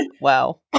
Wow